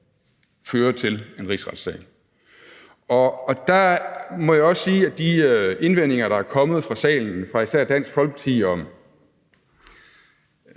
føre til en rigsretssag. Der må jeg også sige, at de indvendinger, der er kommet i salen fra især Dansk Folkeparti, om